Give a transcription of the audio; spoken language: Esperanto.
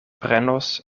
prenos